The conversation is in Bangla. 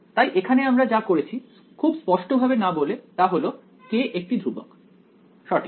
তাই এখানে আমরা যা করেছি খুব স্পষ্ট ভাবে না বলে তা হল k একটি ধ্রুবক সঠিক